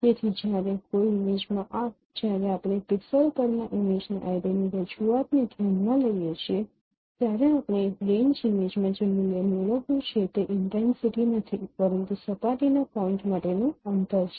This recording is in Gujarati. તેથી જ્યારે કોઈ ઇમેજમાં જ્યારે આપણે પિક્સેલ પરના ઇમેજના એરેની રજૂઆતને ધ્યાનમાં લઈએ છીએ ત્યારે આપણે રેન્જ ઇમેજમાં જે મૂલ્ય મેળવ્યું છે તે ઇન્ટેન્સિટી નથી પરંતુ સપાટીના પોઈન્ટ માટેનું અંતર છે